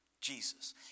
Jesus